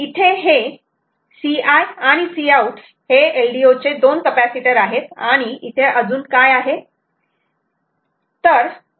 इथे हे Ci आणि Cout हे LDO चे दोन कपॅसिटर आहेत आणि अजून काय आहे